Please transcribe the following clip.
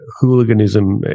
hooliganism